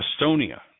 Estonia